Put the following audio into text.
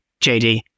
JD